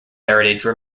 heritage